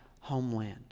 homeland